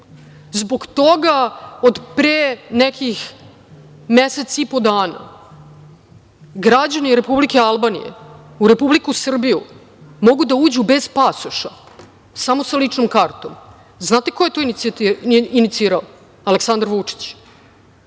Zbog toga od pre nekih mesec i po dana građani Republike Albanije u Republiku Srbiju mogu da uđu bez pasoša, samo sa ličnom kartom. Znate ko je to inicirao? Aleksandar Vučić.